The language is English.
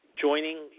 joining